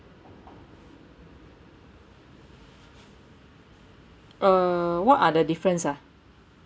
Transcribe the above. err what are the difference ah